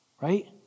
right